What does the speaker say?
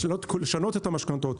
לשנות את המשכנתאות.